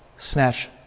Snatch